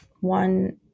one